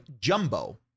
Jumbo